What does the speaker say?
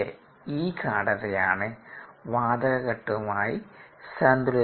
ഈ ഗാഢതയാണ് വാതകഘട്ടവുമായി സന്തുലത്തിലുള്ളത്